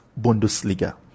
Bundesliga